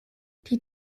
die